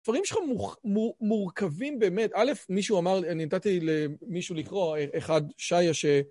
הדברים שלך מורכבים באמת. א', מישהו אמר, אני נתתי למישהו לקרוא, אחד, שייה, ש...